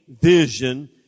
vision